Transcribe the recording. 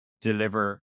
deliver